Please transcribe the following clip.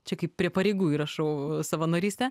čia kaip prie pareigų įrašau savanorystę